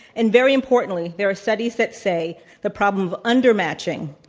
and, very importantly, there are studies that say the problem of under matching,